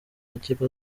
amakipe